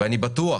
אני בטוח